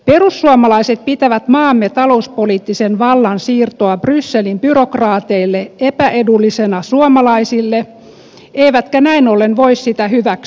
perussuomalaiset pitävät maamme talouspoliittisen vallan siirtoa brysselin byrokraateille epäedullisena suomalaisille eivätkä näin ollen voi sitä hyväksyä